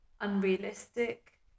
unrealistic